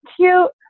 cute